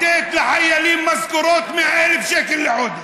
לחיילים משכורות 100,000 שקל לחודש,